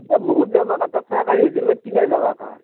এহ বহুত দাম একা তাতচে এটা ৰেডীমেড কিনাই ভাল একা